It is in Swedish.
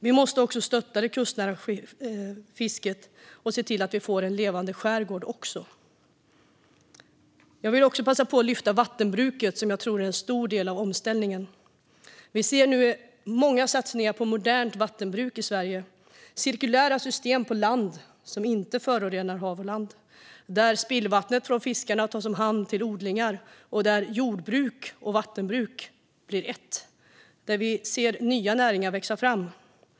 Vi måste också stötta det kustnära fisket och se till att vi får en levande skärgård. Jag vill även passa på att lyfta vattenbruket, som jag tror är en stor del av omställningen. Vi ser nu många satsningar på modernt vattenbruk i Sverige - cirkulära system på land som inte förorenar hav och mark och där spillvattnet från fiskarna tas om hand till odlingar. Här blir jordbruk och vattenbruk ett, och vi ser nya näringar växa fram.